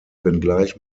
wenngleich